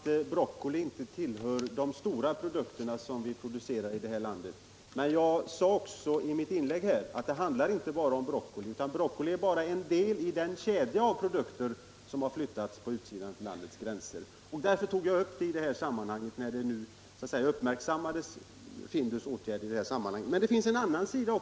Enligt statsverkspropositionen kommer statsbidrag inte att utgå till miljövårdande åtgärder inom jordbruk och trädgårdsföretag efter den 1 juli 1978. Enligt uppgift föreligger f. n. hos lantbruksnämnderna ett stort antal icke avgjorda ansökningar, och nya inkommer dagligen.